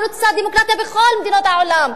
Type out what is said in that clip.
אני רוצה דמוקרטיה בכל מדינות העולם,